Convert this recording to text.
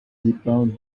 départ